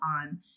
on